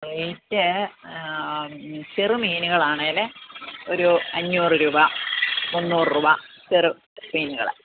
plate ചെറുമീനുകലാണേൽ ഒരു അഞ്ഞൂറു രൂപ മുന്നൂറ് റൂപ ചേറു മീനുകൾ